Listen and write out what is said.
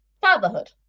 fatherhood